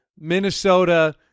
Minnesota